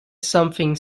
something